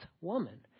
woman